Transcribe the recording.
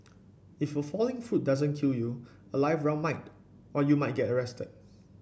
if the falling fruit doesn't kill you a live round might or you might get arrested